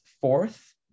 fourth